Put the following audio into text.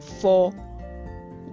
four